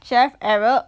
chef aaron